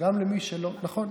נכון.